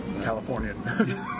Californian